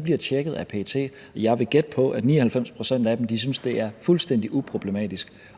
bliver tjekket af PET. Jeg vil gætte på, at 99 pct. af dem synes, det er fuldstændig uproblematisk